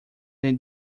than